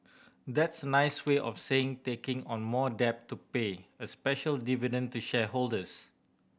that's a nice way of saying taking on more debt to pay a special dividend to shareholders